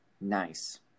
Nice